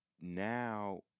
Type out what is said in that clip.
now